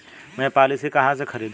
मैं पॉलिसी कहाँ से खरीदूं?